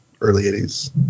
early-'80s